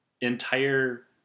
entire